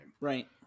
right